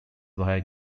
via